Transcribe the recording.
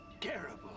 terrible